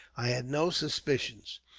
i had no suspicions.